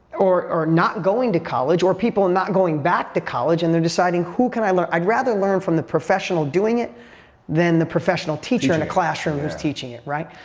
or or not going to college or people and not going back to college and they're deciding, who can i learn, i'd rather learn from the professional doing it than the professional teacher in a classroom who's teaching it, right?